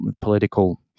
political